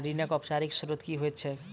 ऋणक औपचारिक स्त्रोत की होइत छैक?